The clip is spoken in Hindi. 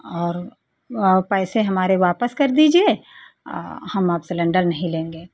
और और पैसे हमारे वापस कर दीजिए हम अब सिलेंडर नहीं लेंगे